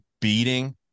beating